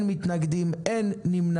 הצבעה אושר אין מתנגדים, אין נמנעים.